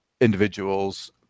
individuals